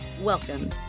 Welcome